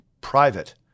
private